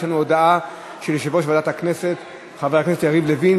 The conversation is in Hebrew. יש לנו הודעה של יושב-ראש ועדת הכנסת חבר הכנסת יריב לוין.